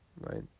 right